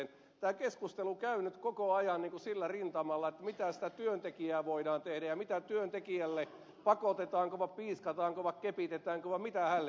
tämä keskustelu käy nyt koko ajan sillä rintamalla mitä voidaan tehdä työntekijälle pakotetaanko vai piiskataanko vai kepitetäänkö vai mitä hänelle tehdään